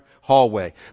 hallway